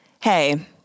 hey